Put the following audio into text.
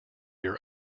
your